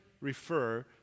refer